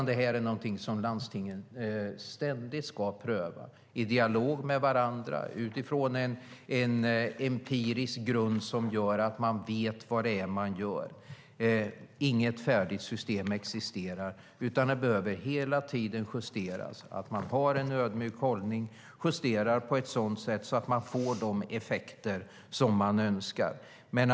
Det är något som landstingen ständigt ska pröva i dialog med varandra utifrån en empirisk grund som gör att de vet vad de gör. Inget färdigt system existerar, utan systemen behöver hela tiden justeras. Det ska vara en ödmjuk hållning så att systemen justeras på ett sådant sätt att det blir önskade effekter.